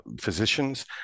physicians